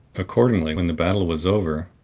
accordingly, when the battle was over,